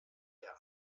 der